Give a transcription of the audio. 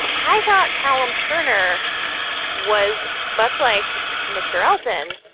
i thought callum turner was much like mr elton.